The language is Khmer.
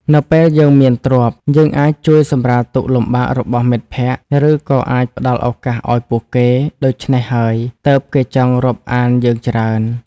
នៅពេលយើងមានទ្រព្យ យើងអាចជួយសម្រាលទុក្ខលំបាករបស់មិត្តភក្តិ ឬក៏អាចផ្តល់ឱកាសឱ្យពួកគេ ដូច្នេះហើយទើបគេចង់រាប់អានយើងច្រើន។